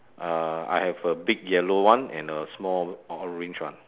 err I have a big yellow one and a small orange one